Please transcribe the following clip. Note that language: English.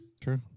True